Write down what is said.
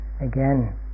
again